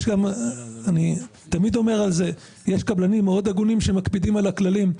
אני תמיד אומר על זה שיש קבלנים הגונים מאוד שמקפידים על הכללים.